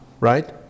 Right